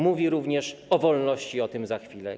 Mówi on również o wolności - o tym za chwilę.